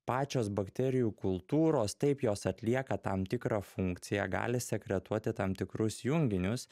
pačios bakterijų kultūros taip jos atlieka tam tikrą funkciją gali sekretuoti tam tikrus junginius